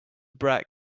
brad